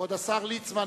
כבוד השר ליצמן,